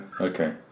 Okay